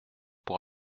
pour